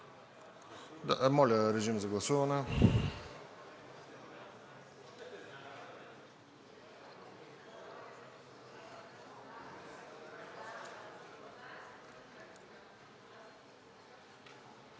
Моля, режим за гласуване.